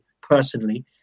personally